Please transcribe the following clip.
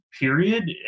period